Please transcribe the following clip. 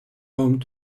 home